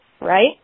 right